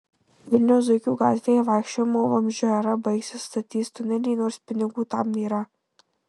vilniaus zuikių gatvėje vaikščiojimo vamzdžiu era baigsis statys tunelį nors pinigų tam nėra